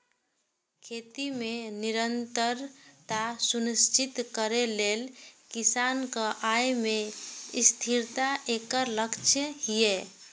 खेती मे निरंतरता सुनिश्चित करै लेल किसानक आय मे स्थिरता एकर लक्ष्य छियै